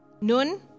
nun